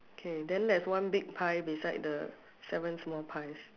okay then there's one big pie beside the seven small pies